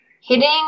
hitting